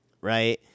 right